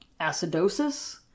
acidosis